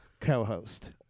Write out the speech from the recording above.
co-host